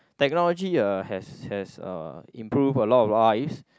technology uh has has uh improved a lot of lives